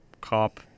cop